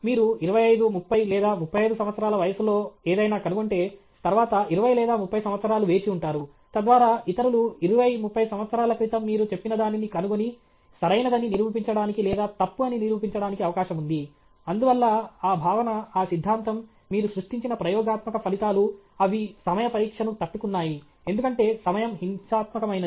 మీరు 25 30 లేదా 35 సంవత్సరాల వయస్సులో ఏదైనా కనుగొంటే తర్వాత 20 లేదా 30 సంవత్సరాలు వేచి ఉంటారు తద్వారా ఇతరులు 20 30 సంవత్సరాల క్రితం మీరు చెప్పినదానిని కనుగొని సరైనదని నిరూపించడానికి లేదా తప్పు అని నిరూపించడానికి అవకాశం ఉంది అందువల్ల ఆ భావన ఆ సిద్ధాంతం మీరు సృష్టించిన ప్రయోగాత్మక ఫలితాలు అవి సమయ పరీక్షను తట్టుకున్నాయి ఎందుకంటే సమయం హింసాత్మకమైనది